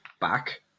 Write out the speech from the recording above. back